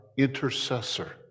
intercessor